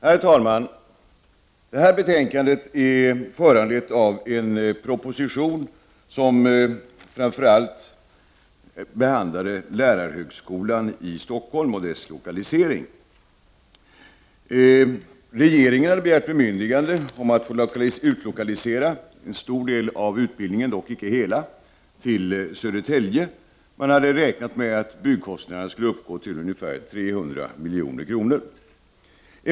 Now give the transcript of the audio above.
Herr talman! Detta betänkande är föranlett av en proposition där framför allt lärarhögskolan i Stockholm och dess lokalisering behandlades. Regeringen hade begärt bemyndigande om att få utlokalisera en stor del av utbildningen, dock icke hela, till Södertälje. Man hade räknat med att byggkostnaden skulle uppgå till ungefär 300 milj.kr.